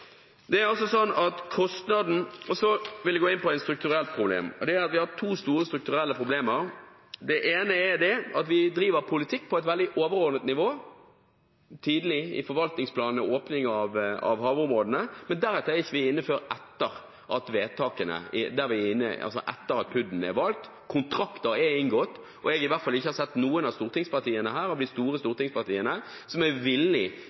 Så vil jeg gå inn på et strukturelt problem. Vi har to store strukturelle problemer. Det ene er at vi driver politikk på et veldig overordnet nivå – tidlig i forvaltningsplanene og åpning av havområdene – men deretter er vi ikke inne før etter at PUD-en er valgt, kontrakter er inngått. Og jeg har i hvert fall ikke sett at det er noen av de store stortingspartiene her som er villige til å stille ekstra krav som muligens utsetter en utbygging. Det gjør Stortinget til et sandpåstrøingsorgan i behandling av PUD-er. Det er